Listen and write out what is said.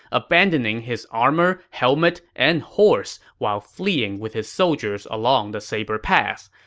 abandoning his armor, helmet, and horse, while fleeing with his soldiers along the saber pass.